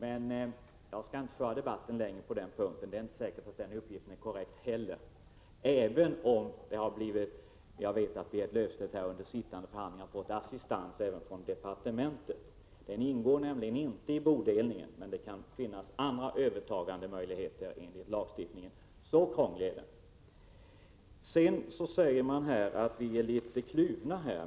Men jag skall inte föra debatten längre på den punkten — det är inte säkert att den uppgiften är korrekt heller — även om jag vet att Berit Löfstedt under sittande förhandling har fått assistans även från departementet. Lägenheten ingår nämligen inte i bodelningen, men det kan finnas andra övertagandemöjligheter enligt lagstiftningen — så krånglig är den. Man säger här att vi är litet kluvna.